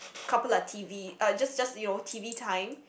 couple of t_v uh just just you know t_v time